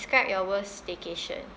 describe your worst vacation